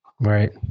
right